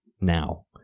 now